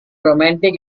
romantic